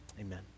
Amen